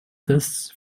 tests